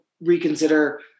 reconsider